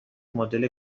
مدل